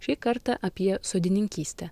šį kartą apie sodininkystę